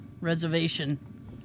reservation